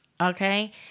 Okay